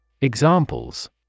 Examples